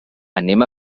anem